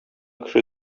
кеше